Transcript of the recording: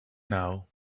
now